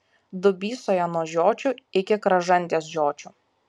dubysoje nuo žiočių iki kražantės žiočių